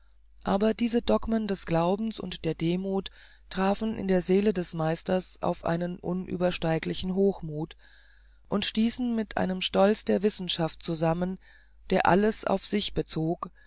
aber diese dogmen des glaubens und der demuth trafen in der seele des meisters auf einen unübersteiglichen hochmuth und stießen mit einem stolz der wissenschaft zusammen der alles auf sich bezog